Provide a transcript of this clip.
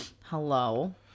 Hello